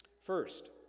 First